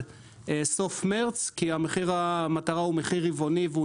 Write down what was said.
סוף מרץ כי מחיר המטרה הוא מחיר רבעוני.